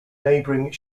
neighboring